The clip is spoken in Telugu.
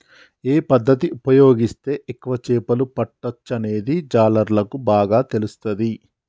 ఏ పద్దతి ఉపయోగిస్తే ఎక్కువ చేపలు పట్టొచ్చనేది జాలర్లకు బాగా తెలుస్తది